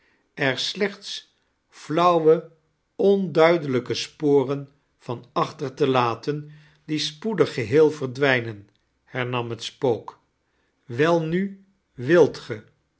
er slechts flauwe onduidejijke sporen van achter te laten die spoedig geheel verdwijnen hernam het spook welnu wilt ge